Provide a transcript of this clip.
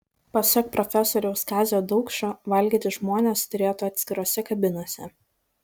pasak profesoriaus kazio daukšo valgyti žmonės turėtų atskirose kabinose